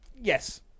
Yes